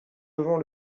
devant